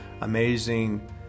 amazing